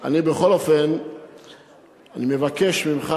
אני בכל אופן מבקש ממך,